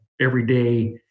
everyday